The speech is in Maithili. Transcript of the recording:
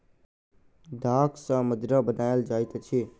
दाख सॅ मदिरा बनायल जाइत अछि